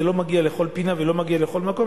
זה לא מגיע לכל פינה ולא מגיע לכל מקום,